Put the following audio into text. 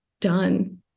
done